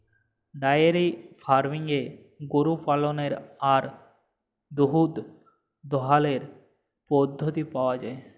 diary ফার্মিংয়ে গরু পাললের আর দুহুদ দহালর পদ্ধতি পাউয়া যায়